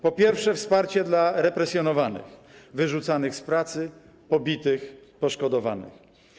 Po pierwsze, wsparcie dla represjonowanych, wyrzucanych z pracy, pobitych i poszkodowanych.